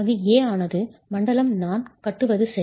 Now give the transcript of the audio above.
வகை A ஆனது மண்டலம் நான் கட்டுவது சரி